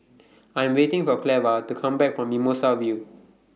I Am waiting For Cleva to Come Back from Mimosa View